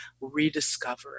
rediscover